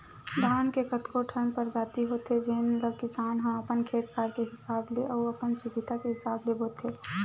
धान के कतको ठन परजाति होथे जेन ल किसान ह अपन खेत खार के हिसाब ले अउ अपन सुबिधा के हिसाब ले बोथे